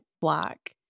Black